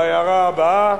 בהערה הבאה: